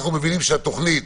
אנחנו מבינים שהתוכנית,